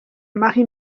marie